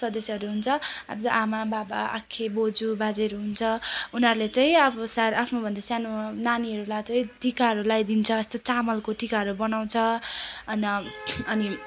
सदस्यहरू हुन्छ अब चाहिँ आमाबाबा आखे बोजू बाजेहरू हुन्छ उनीहरूले चाहिँ अब सार आफ्नोभन्दा सानो नानीहरूलाई चाहिँ टिकाहरू लगाइदिन्छ यस्तो चामलको टिकाहरू बनाउँछ अनि अनि